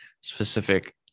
specific